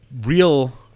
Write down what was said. real